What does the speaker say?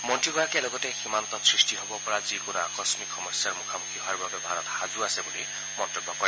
মন্নীগৰাকীয়ে লগতে সীমান্তত সৃষ্টি হ'ব পৰা যিকোনো আকস্মিক সমস্যাৰ মুখামুখি হোৱাৰ বাবে ভাৰত সাজু আছে বুলি মন্তব্য কৰে